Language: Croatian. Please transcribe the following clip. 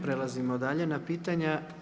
Prelazimo dalje na pitanja.